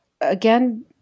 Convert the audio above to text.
again